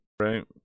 Right